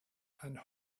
and